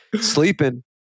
sleeping